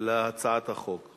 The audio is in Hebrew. להצעת החוק.